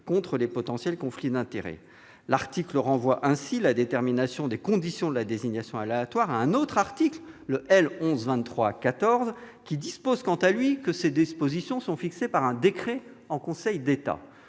contre les potentiels conflits d'intérêts. L'article renvoie ainsi la détermination des conditions de la désignation aléatoire à un autre article, le L. 1123-14, qui dispose quant à lui que ces conditions sont fixées par un décret en Conseil d'État.